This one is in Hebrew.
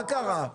מה קרה?